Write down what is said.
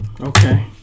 Okay